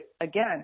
again